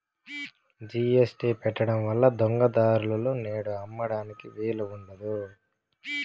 GST పెట్టడం వల్ల దొంగ దారులలో నేడు అమ్మడానికి వీలు ఉండదు